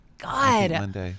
god